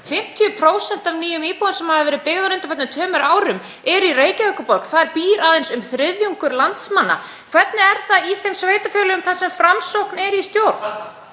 50% af nýjum íbúðum sem hafa verið byggðar á undanförnum tveimur árum eru í Reykjavíkurborg en þar býr aðeins um þriðjungur landsmanna. Hvernig er það í þeim sveitarfélögum þar sem Framsókn er í stjórn?